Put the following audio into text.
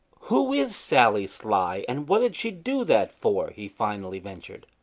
who is sally sly, and what did she do that for? he finally ventured.